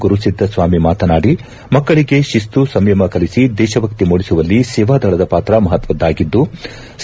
ಗುರುಸಿದ್ದ ಸ್ವಾಮಿ ಮಾತನಾಡಿ ಮಕ್ಕಳಿಗೆ ತಿಸ್ತು ಸಂಯಮ ಕಲಿಸಿ ದೇಶಭಕ್ತಿ ಮೂಡಿಸುವಲ್ಲಿ ಸೇವಾದಳದ ಪಾತ್ರ ಮಹತ್ವದ್ಗಾಗಿದ್ಲು